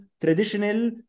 traditional